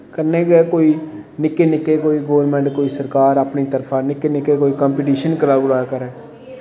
कन्नै गै निक्के निक्के गोरमैंट कोई सरकार अपनी तरफा निक्के निक्के कोई कंपिटिशन कराई ओड़ा करै